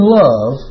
love